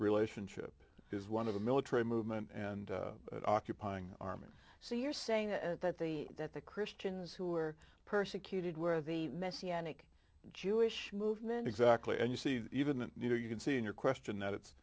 relationship is one of the military movement and occupying army so you're saying that the that the christians who were persecuted where the messianic jewish movement exactly and you see even then you know you can see in your question that